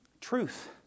Truth